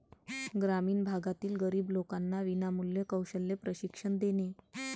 ग्रामीण भागातील गरीब लोकांना विनामूल्य कौशल्य प्रशिक्षण देणे